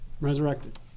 resurrected